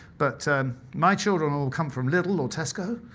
but my children all come from lidl, or tesco,